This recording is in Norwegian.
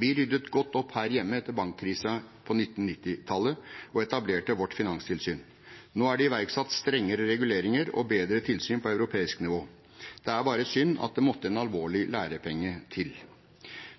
Vi ryddet godt opp her hjemme etter bankkrisen på l990-tallet og etablerte vårt finanstilsyn. Nå er det iverksatt strengere reguleringer og bedre tilsyn på europeisk nivå. Det er bare synd at det måtte en alvorlig lærepenge til.